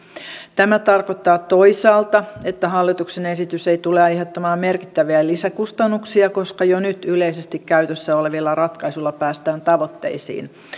tämä tarkoittaa toisaalta että hallituksen esitys ei tule aiheuttamaan merkittäviä lisäkustannuksia koska jo nyt yleisesti käytössä olevilla ratkaisuilla päästään tavoitteisiin